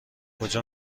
کجا